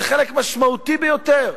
זה חלק משמעותי ביותר.